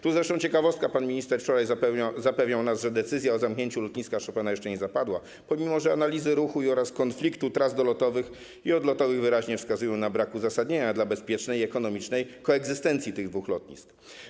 Tu zresztą ciekawostka - pan minister wczoraj zapewniał nas, że decyzja o zamknięciu Lotniska Chopina jeszcze nie zapadła, pomimo że analizy ruchu oraz konfliktu tras dolotowych i odlotowych wyraźnie wskazują na brak uzasadnienia dla bezpiecznej i ekonomicznej koegzystencji tych dwóch lotnisk.